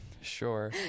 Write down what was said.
Sure